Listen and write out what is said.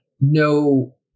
no